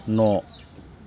न'